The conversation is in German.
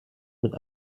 mit